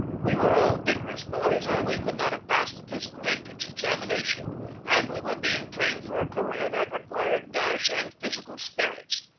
we were all vigorous boys or we could not have passed the physical entrance examination and we were being trained for a career that required dash and physical spirits.